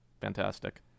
fantastic